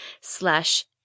slash